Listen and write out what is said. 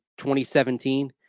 2017